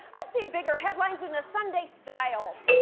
i've seen bigger headlines in the sunday styles.